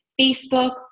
Facebook